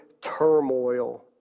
turmoil